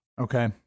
Okay